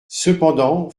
cependant